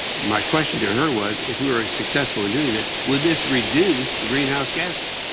my question to her was, if we were successful in doing this, would this reduce the greenhouse gaseses?